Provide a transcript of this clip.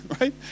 right